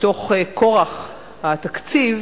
מתוך כורח התקציב